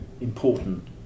important